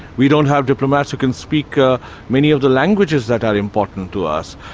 we don't have diplomats who can speak ah many of the languages that are important to us.